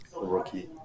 rookie